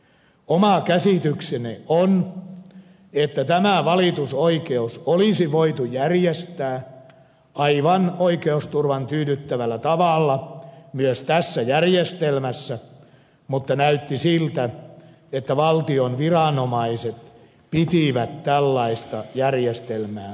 oma käsitykseni on että tämä valitusoikeus olisi voitu järjestää oikeusturvan kannalta aivan tyydyttävällä tavalla myös tässä järjestelmässä mutta näytti siltä että valtion viranomaiset pitivät tällaista järjestelmää mahdottomana